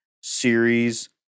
Series